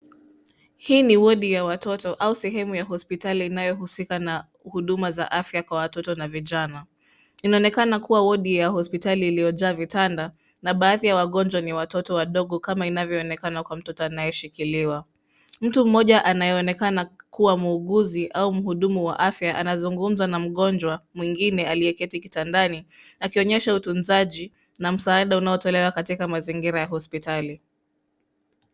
Hii ni wodi ya watoto au sehemu ya hospitali inayohusika na huduma za afya kwa watoto na vijana. Inaonekana kuwa wadi ya hospitali iliyojaa vitanda na baadhi ya wagonjwa ni watoto wadogo kama inavyoonekana kwa mtoto anayeshikiliwa. Mtu mmoja anayeonekana kuwa muuguzi au mhudumu wa afya anazungumza na mgonjwa mwingine aliyeketi kitandani; akionyesha utunzaji na msaada unaotolewa katika mzaingira ya hospitali